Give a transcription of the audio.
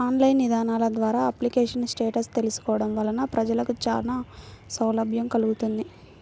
online ఇదానాల ద్వారా application status తెలుసుకోవడం వలన ప్రజలకు చానా సౌలభ్యం కల్గుతుంది